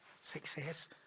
success